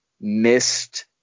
missed